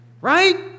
Right